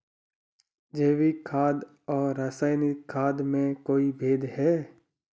जैविक खाद और रासायनिक खाद में कोई भेद है?